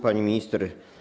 Pani Minister!